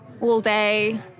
all-day